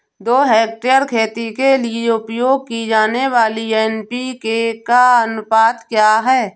दो हेक्टेयर खेती के लिए उपयोग की जाने वाली एन.पी.के का अनुपात क्या है?